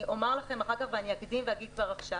אני אומר לכם אחר כך ואני אקדים ואגיד כבר עכשיו.